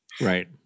Right